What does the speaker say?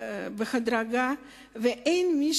בהדרגה ואין מי